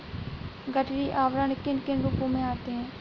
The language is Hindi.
गठरी आवरण किन किन रूपों में आते हैं?